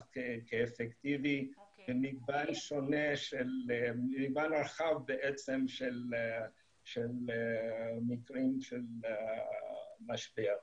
כאפקטיבי במגוון רחב של מקרים של משבר.